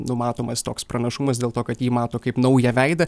numatomas toks pranašumas dėl to kad jį mato kaip naują veidą